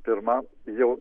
pirma jau